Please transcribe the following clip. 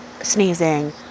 sneezing